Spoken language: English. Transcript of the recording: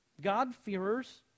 God-fearers